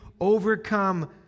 overcome